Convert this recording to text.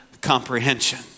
comprehension